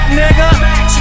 nigga